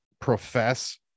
profess